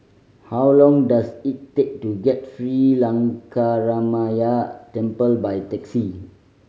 how long does it take to get Sri Lankaramaya Temple by taxi